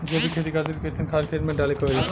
जैविक खेती खातिर कैसन खाद खेत मे डाले के होई?